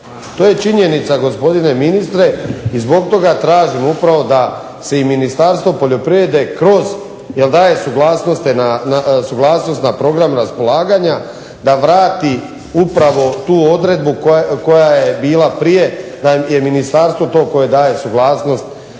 To je činjenica gospodine ministre i zbog toga tražim upravo da se Ministarstvo poljoprivrede kroz, jer daje suglasnost na program raspolaganja da vrati upravo tu odredbu koja je bila prije da je Ministarstvo to koje daje suglasnost